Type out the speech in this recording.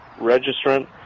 registrant